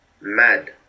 mad